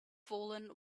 fallen